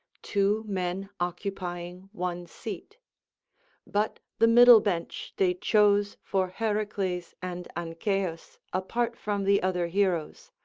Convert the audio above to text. two men occupying one seat but the middle bench they chose for heracles and ancaeus apart from the other heroes,